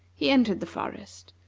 he entered the forest,